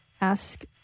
ask